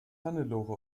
hannelore